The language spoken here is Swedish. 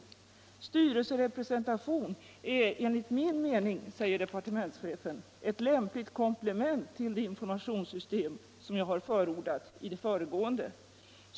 Styrelserepresentation är enligt min mening ett lämpligt komplement till det informationssystem som jag har förordat i det föregående.